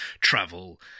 travel